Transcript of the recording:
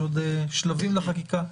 יש עוד שלבים לחקיקה.